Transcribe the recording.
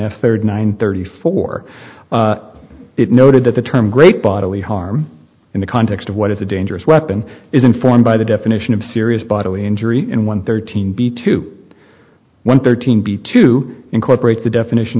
if thirty nine thirty four it noted that the term great bodily harm in the context of what is a dangerous weapon is informed by the definition of serious bodily injury and one thirteen b to one thirteen b to incorporate the definition